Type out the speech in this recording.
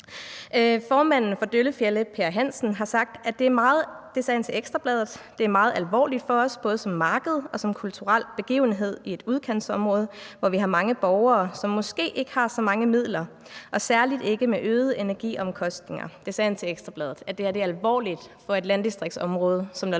Formanden for Døllefjelde-Musse Marked, Per Hansen, har sagt: »Det er meget alvorligt for os. Både som marked og som kulturel begivenhed i et udkantsområde, hvor vi har mange borgere, som måske ikke har så mange midler. Og særligt ikke med øgede energiomkostninger.« Det sagde han til Ekstra Bladet,